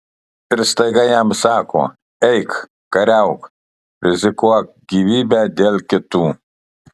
ir staiga jam sako eik kariauk rizikuok gyvybe dėl kitų